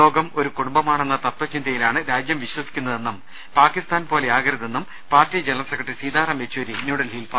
ലോകം ഒരു കുടുംബമാണെന്ന തത്വചിന്തയിലാണ് രാജ്യം വിശ്വസിക്കുന്നതെന്നും പാകി സ്ഥാൻപോലെയാകരുതെന്നും party general secretary Sitaram Yechury ന്യൂഡൽഹിയിൽ പറഞ്ഞു